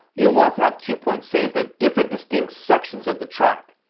you'll want to have cue points saved at different distinct sections of the track.